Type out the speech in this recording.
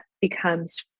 becomes